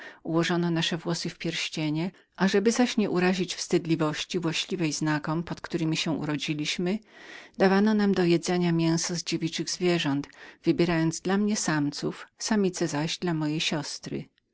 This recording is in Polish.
ułożono nasze włosy w pierścienie ażeby zastosować się do znaku pod którym się urodziłem dawano nam do jedzenia mięso z czystych zwierząt wybierając dla mnie samców samice zaś dla mojej siostry